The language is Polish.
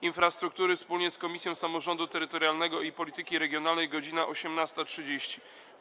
Infrastruktury wspólnie z Komisją Samorządu Terytorialnego i Polityki Regionalnej - godz. 18.30.